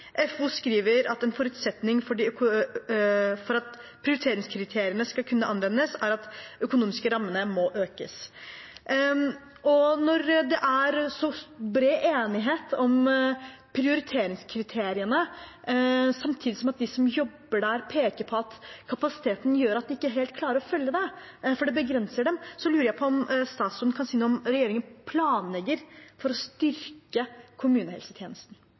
FO, skriver at en forutsetning for at prioriteringskriteriene skal kunne anvendes, er at de økonomiske rammene må økes. Når det er så bred enighet om prioriteringskriteriene, samtidig som at de som jobber der, peker på at kapasiteten gjør at de ikke helt klarer å følge det fordi det begrenser dem, så lurer jeg på om statsråden kan si noe om hva regjeringen planlegger for å styrke kommunehelsetjenesten?